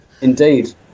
Indeed